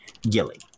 Gilly